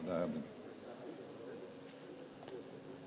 תודה, אדוני.